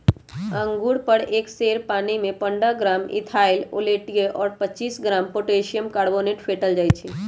अंगुर पर एक सेर पानीमे पंडह ग्राम इथाइल ओलियट और पच्चीस ग्राम पोटेशियम कार्बोनेट फेटल जाई छै